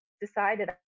decided